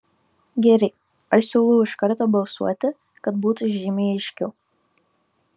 gerai aš siūlau iš karto balsuoti kad būtų žymiai aiškiau